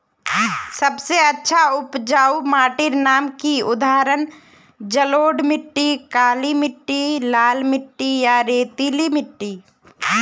सबसे अच्छा उपजाऊ माटिर नाम की उदाहरण जलोढ़ मिट्टी, काली मिटटी, लाल मिटटी या रेतीला मिट्टी?